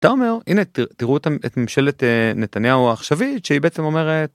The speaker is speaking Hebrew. אתה אומר הנה תראו את הממשלת נתניהו העכשווית שהיא בעצם אומרת.